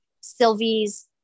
Sylvie's